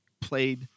played